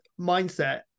mindset